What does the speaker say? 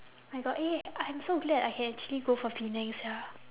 I got eh I'm so glad I can actually go for penang sia